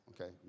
Okay